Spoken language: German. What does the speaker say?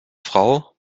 frau